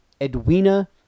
Edwina